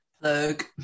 Plug